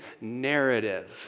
narrative